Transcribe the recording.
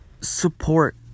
support